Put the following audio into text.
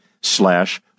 slash